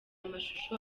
amashusho